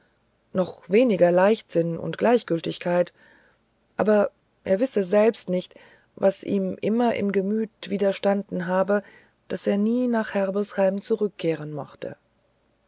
noch weniger leichtsinn und gleichgültigkeit aber er wisse selbst nicht was ihm immer im gemüt widerstanden habe daß er nie nach herbesheim zurückkehren mochte